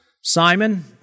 Simon